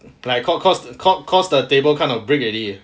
like cause cause cause the table kind of break already